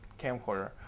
camcorder